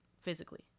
physically